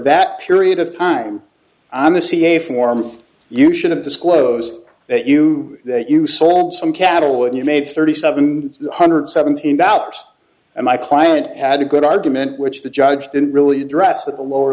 that period of time on the ca form you should have disclosed that you that you sold some cattle and you made thirty seven hundred seventeen dollars and my client had a good argument which the judge didn't really address at the lower